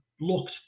looked